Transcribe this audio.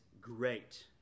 great